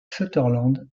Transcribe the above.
sutherland